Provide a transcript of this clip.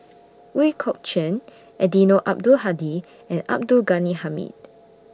Ooi Kok Chuen Eddino Abdul Hadi and Abdul Ghani Hamid